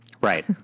Right